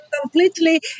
completely